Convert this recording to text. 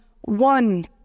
one